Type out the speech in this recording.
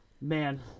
Man